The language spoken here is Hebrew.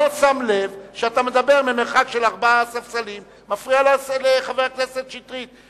אתה לא שם לב שאתה מדבר ממרחק של ארבעה ספסלים ומפריע לחבר הכנסת שטרית.